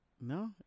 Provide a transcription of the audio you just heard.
No